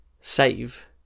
save